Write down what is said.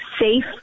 safe